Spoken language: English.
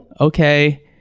okay